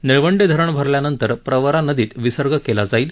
निळवंडे धरण भरल्यानंतर प्रवरा नदीत विसर्ग केला जाईल